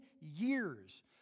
years